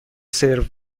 سرو